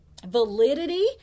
validity